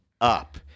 up